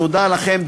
תודה לכם.